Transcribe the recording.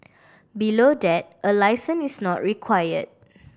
below that a licence is not require